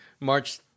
March